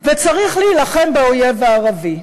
וצריך להילחם באויב הערבי.